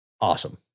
awesome